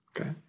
okay